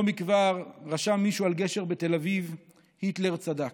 לא מכבר רשם מישהו על גשר בתל אביב "היטלר צדק".